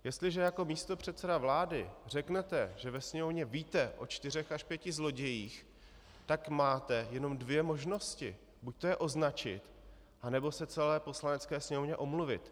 Jestliže jako místopředseda vlády řeknete, že ve Sněmovně víte o čtyřech až pěti zlodějích, tak máte jenom dvě možnosti buď je označit, nebo se celé Poslanecké sněmovně omluvit.